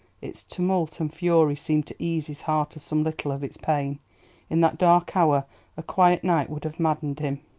its tumult and fury seemed to ease his heart of some little of its pain in that dark hour a quiet night would have maddened him.